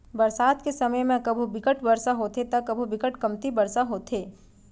बरसात के समे म कभू बिकट बरसा होथे त कभू बिकट कमती बरसा होथे